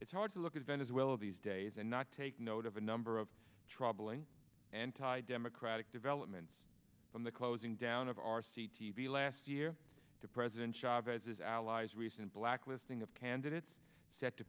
it's hard to look at venezuela these days and not take note of a number of troubling anti democratic developments from the closing down of r c t v last year to president chavez's allies recent blacklisting of candidates set to